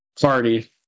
party